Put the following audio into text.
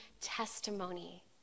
testimony